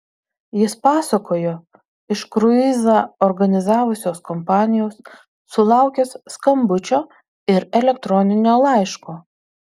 jis pasakojo iš kruizą organizavusios kompanijos sulaukęs skambučio ir elektroninio laiško